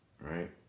right